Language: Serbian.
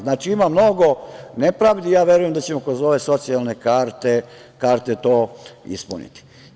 Znači, ima mnogo nepravdi i ja verujem da ćemo kroz ove socijalne karte to ispuniti.